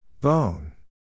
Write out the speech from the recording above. Bone